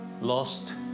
lost